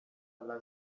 alla